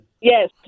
Yes